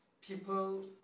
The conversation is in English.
people